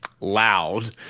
loud